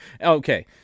Okay